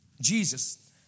Jesus